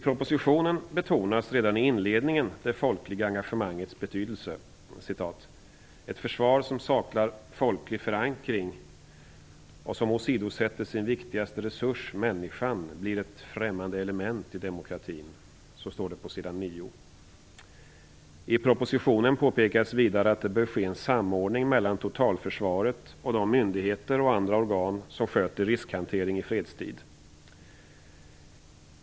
Redan i inledningen av propositionen betonas det folkliga engagemangets betydelse: "--- ett försvar som saknar folklig förankring och som åsidosätter sin viktigaste resurs, människan, blir ett främmande element i demokratin." Så står det på s. 9. Vidare påpekas det i propositionen att det bör ske en samordning mellan totalförsvaret och de myndigheter och andra organ som sköter riskhantering i fredstid.